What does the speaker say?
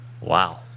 Wow